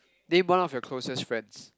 name one of your closest friends